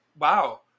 Wow